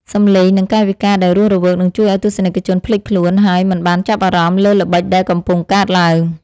សម្លេង និង កាយវិការដែលរស់រវើកនឹងជួយឱ្យទស្សនិកជនភ្លេចខ្លួន ហើយ មិនបានចាប់អារម្មណ៍លើល្បិចដែលកំពុងកើតឡើង។